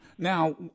Now